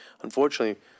unfortunately